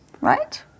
right